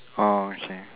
!wow! okay